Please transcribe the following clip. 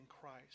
Christ